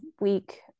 week